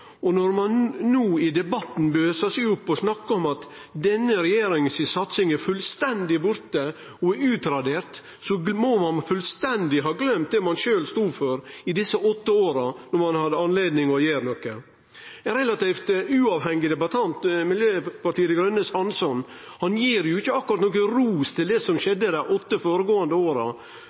Mongstad. Når dei no i debatten bøsar seg opp og snakkar om at denne regjeringa si satsing er fullstendig borte og utradert, må dei fullstendig ha gløymt det dei sjølve stod for i dei åtte åra då dei hadde anledning til å gjere noko. Ein relativt uavhengig debattant, representanten Hansson frå Miljøpartiet Dei Grøne, gir jo ikkje akkurat ros til det som skjedde dei åtte åra